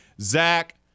Zach